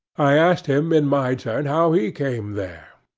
i asked him in my turn how he came there,